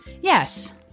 Yes